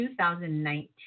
2019